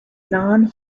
non